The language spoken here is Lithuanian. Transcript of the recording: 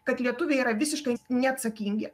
kad lietuviai yra visiškai neatsakingi